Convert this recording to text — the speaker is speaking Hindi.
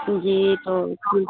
जी तो ठीक है